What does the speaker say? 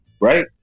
Right